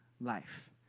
life